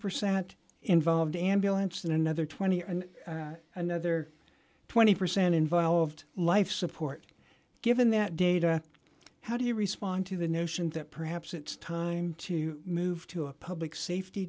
percent involved ambulance and another twenty and another twenty percent involved life support given that data how do you respond to the notion that perhaps it's time to move to a public safety